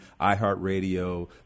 iHeartRadio